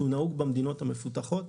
שהוא נהוג במדינות המפותחות.